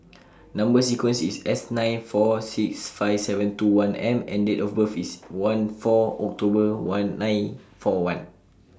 Number sequence IS S nine four six five seven two one M and Date of birth IS one four October one nine four one